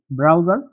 browsers